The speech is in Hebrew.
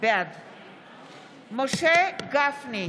בעד משה גפני,